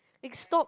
like stop